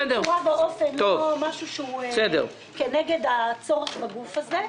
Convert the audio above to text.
בשום צורה ואופן לא משהו שהוא כנגד הצורך בגוף הזה.